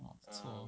orh so